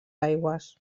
aigües